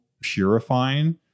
purifying